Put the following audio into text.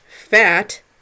fat